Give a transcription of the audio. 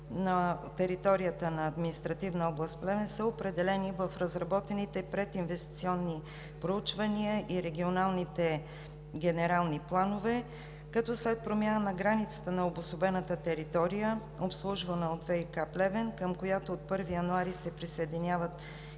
на територията на административна област Плевен са определени в разработените прединвестиционни проучвания и регионалните генерални планове, като след промяна на границата на обособената територия обслужвана от ВиК – Плевен, към която от 1 януари 2019 г. се присъединяват